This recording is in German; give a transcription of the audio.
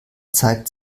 zeigt